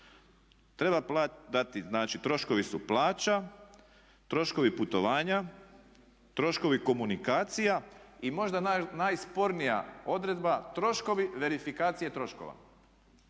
Treba dati, znači troškovi su plaća, troškovi putovanja, troškovi komunikacija i možda najspornija odredba troškovi verifikacije troškova.